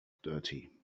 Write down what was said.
dirty